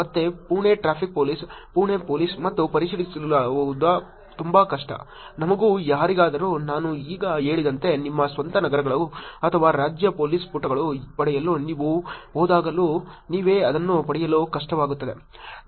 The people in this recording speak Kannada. ಮತ್ತೆ Pune traffic police Pune police ಮತ್ತು ಪರಿಶೀಲಿಸುವುದು ತುಂಬಾ ಕಷ್ಟ ನಮಗೂ ಯಾರಿಗಾದರೂ ನಾನು ಈಗ ಹೇಳಿದಂತೆ ನಿಮ್ಮ ಸ್ವಂತ ನಗರಗಳು ಅಥವಾ ರಾಜ್ಯ ಪೊಲೀಸ್ ಪುಟಗಳನ್ನು ಪಡೆಯಲು ನೀವು ಹೋದಾಗಲೂ ನೀವೇ ಅದನ್ನು ಪಡೆಯಲು ಕಷ್ಟವಾಗುತ್ತದೆ